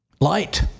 Light